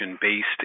based